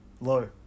Low